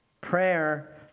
prayer